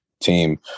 team